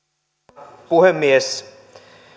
arvoisa herra puhemies